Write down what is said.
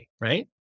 right